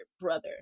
brother